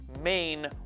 main